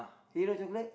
hero chocolate